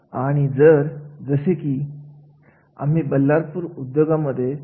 वैशिष्ट्य म्हणजे असं कार्य करण्यासाठी कोणती पदवी आवश्यक आहे